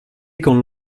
con